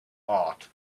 art